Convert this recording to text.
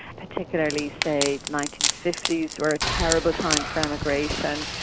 particularly say nineteen fifty s were a terrible time for emigration.